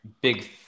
Big